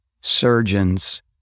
surgeons